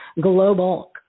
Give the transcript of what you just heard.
global